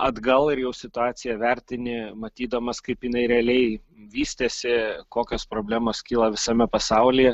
atgal ir jau situaciją vertini matydamas kaip jinai realiai vystėsi kokios problemos kyla visame pasaulyje